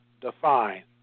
define